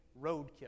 roadkill